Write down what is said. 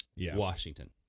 Washington